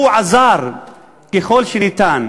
הוא עזר ככל שהיה אפשר,